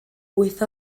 wyth